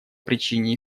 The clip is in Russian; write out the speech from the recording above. причине